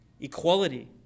equality